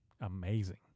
amazing